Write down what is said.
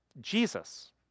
Jesus